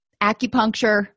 Acupuncture